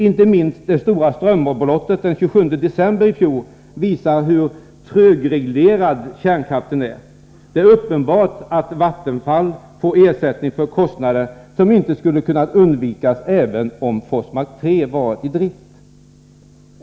Inte minst det stora strömavbrottet den 27 december i fjol visar hur trögreglerad kärnkraften är. Det är uppenbart att Vattenfall får ersättning för kostnader som inte skulle ha kunnat undvikas även om Forsmark 3 varit i drift.